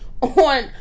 on